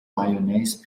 mayonnaise